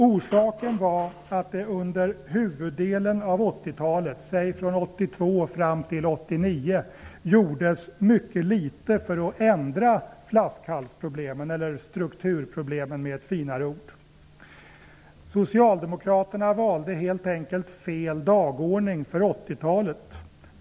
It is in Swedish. Orsaken var att det under huvuddelen av 80-talet -- från 1982 och fram till 1989 -- gjordes mycket litet åt flaskhalsproblemen, eller strukturproblemen med ett finare ord. Socialdemokraterna valde helt enkelt fel dagordning för 80-talet.